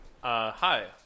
Hi